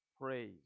praise